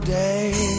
day